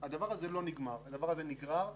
אחרת לא יגידו אמת בתחקיר.